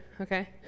okay